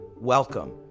welcome